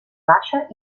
baixa